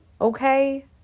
okay